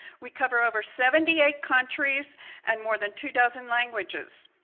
we cover over seventy eight countries and more than two dozen languages.